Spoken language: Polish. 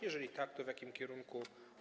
Jeżeli tak, to w jakim kierunku?